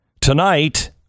tonight